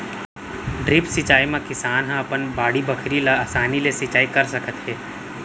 drip सिंचई म किसान ह अपन बाड़ी बखरी ल असानी ले सिंचई कर सकत हे